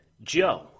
Joe